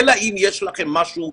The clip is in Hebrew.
אלא אם יש לכם משהו,